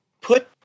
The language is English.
Put